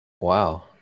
Wow